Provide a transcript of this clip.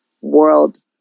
world